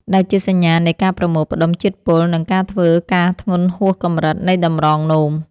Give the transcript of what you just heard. ដែលជាសញ្ញានៃការប្រមូលផ្តុំជាតិពុល និងការធ្វើការធ្ងន់ហួសកម្រិតនៃតម្រងនោម។